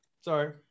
Sorry